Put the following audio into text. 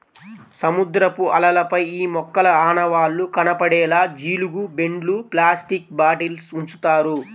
సముద్రపు అలలపై ఈ మొక్కల ఆనవాళ్లు కనపడేలా జీలుగు బెండ్లు, ప్లాస్టిక్ బాటిల్స్ ఉంచుతారు